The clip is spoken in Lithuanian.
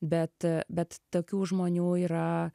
bet bet tokių žmonių yra